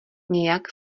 nějak